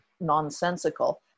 nonsensical